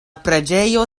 preĝejo